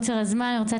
נכון.